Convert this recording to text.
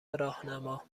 راهنما